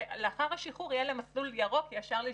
כשלאחר השחרור יהיה להם מסלול ירוק ישר להשתלב,